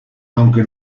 aunque